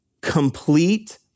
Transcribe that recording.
complete